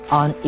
on